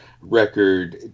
record